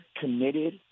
committed